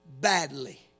badly